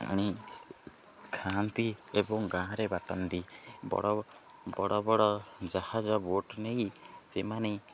ଆଣି ଖାଆନ୍ତି ଏବଂ ଗାଁରେ ବାଟନ୍ତି ବଡ଼ ବଡ଼ ବଡ଼ ଜାହାଜ ବୋଟ୍ ନେଇ ସେମାନେ